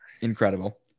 incredible